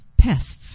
Pests